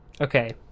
Okay